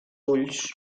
ulls